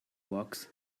walks